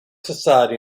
society